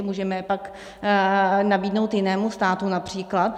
Můžeme je pak nabídnout jinému státu například?